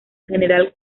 general